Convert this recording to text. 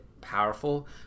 powerful